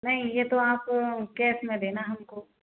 नहीं ये तो आप कैश में देना है हमको